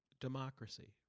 democracy